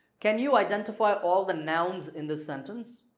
can you identify all the nouns in the sentence?